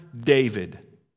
David